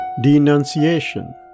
denunciation